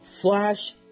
Flash